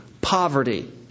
poverty